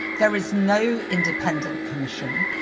there is no independent commission.